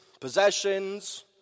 possessions